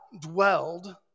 dwelled